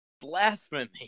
Blasphemy